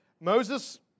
Moses